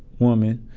woman,